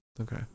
okay